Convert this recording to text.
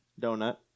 Donut